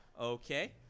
Okay